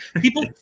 People